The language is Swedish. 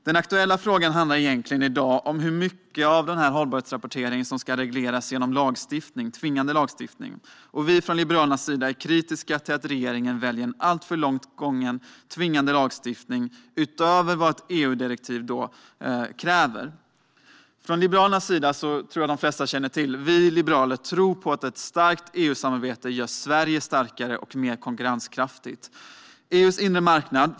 Den aktuella frågan handlar i stället om hur mycket av hållbarhetsrapporteringen som ska regleras genom tvingande lagstiftning. Vi från Liberalerna är kritiska till att regeringen väljer alltför långtgående tvingande lagstiftning utöver vad EU-direktivet kräver. Jag tror att de flesta känner till att vi Liberaler tror på att ett starkt EU-samarbete gör Sverige starkare och mer konkurrenskraftigt.